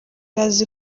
azi